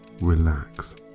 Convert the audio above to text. relax